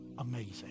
amazing